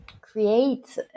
create